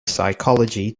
psychology